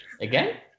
Again